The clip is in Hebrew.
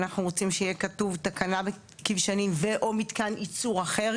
ואנחנו רוצים שיהיה כתוב 'תקלה בכבשנים ו/או מתקן ייצור אחר',